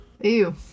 Ew